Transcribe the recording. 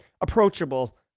approachable